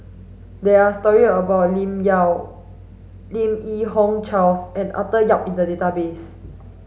there are story about Lim Yau Lim Yi Yong Charles and Arthur Yap in the database